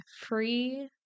free